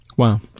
Wow